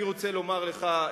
אני רוצה לומר לך,